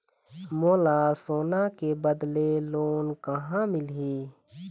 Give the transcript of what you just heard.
मोला सोना के बदले लोन कहां मिलही?